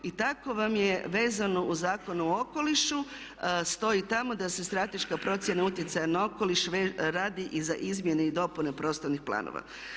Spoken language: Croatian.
I tako vam je vezano uz Zakon o okolišu stoji tamo da se strateška procjena utjecaja na okoliš radi i za izmjene i dopune prostornih planova.